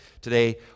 today